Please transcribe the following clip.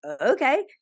Okay